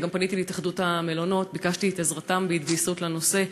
אני גם פניתי להתאחדות המלונות וביקשתי את עזרתם בהתגייסות לנושא.